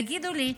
תגידו לי,